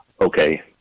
okay